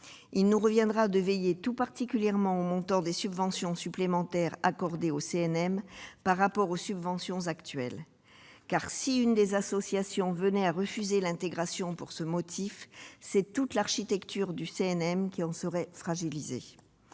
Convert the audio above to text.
Il nous reviendra de veiller tout particulièrement au montant des subventions supplémentaires accordées au CNM par rapport aux subventions actuelles, car si l'une des associations venait à refuser l'intégration pour cause de financement insuffisant, c'est toute l'architecture du CNM qui serait fragilisée.